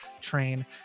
train